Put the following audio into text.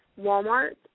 Walmart